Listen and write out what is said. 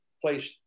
place